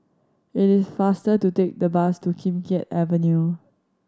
it is faster to take the bus to Kim Keat Avenue